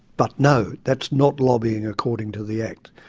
but no, that's not lobbying according to the act.